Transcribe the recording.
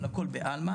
אבל הכל בעלמא,